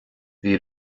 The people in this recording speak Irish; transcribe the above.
bhí